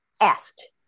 asked